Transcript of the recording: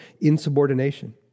insubordination